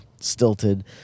stilted